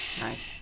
Nice